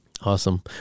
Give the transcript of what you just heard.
Awesome